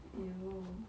!aiyo!